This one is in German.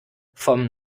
vom